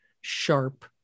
sharp